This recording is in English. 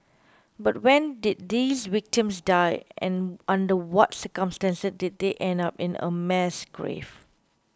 but when did these victims die and under what circumstances did they end up in a mass grave